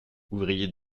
ouvrier